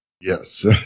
Yes